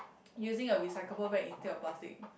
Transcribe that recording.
using a recyclable bag instead of plastic